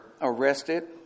arrested